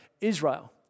Israel